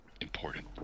important